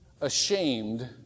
ashamed